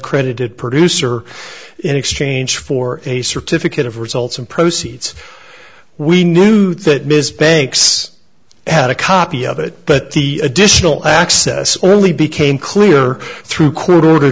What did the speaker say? uncredited producer in exchange for a certificate of results and proceeds we knew that ms banks had a copy of it but the additional access only became clear through